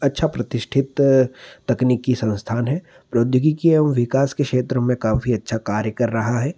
अच्छा प्रतिष्ठित तकनीकी संस्थान है प्रौद्योगिकी एवं विकास के क्षेत्र में काफी अच्छा कार्य कर रहा है